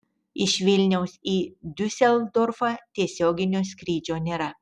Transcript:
iš vilniaus į diuseldorfą tiesioginio skrydžio nėra